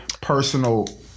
personal